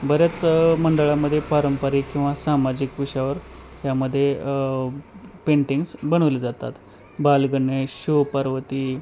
बऱ्याच मंडळांमध्ये पारंपरिक किंवा सामाजिक विषयांवर यामध्ये पेंटिंग्ज् बनवले जातात बालगणेश शिव पार्वती